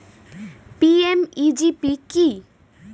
PMEGP কি?